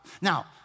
Now